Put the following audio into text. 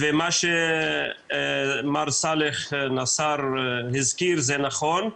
מה שמר סלאח נסאר הזכיר זה נכון,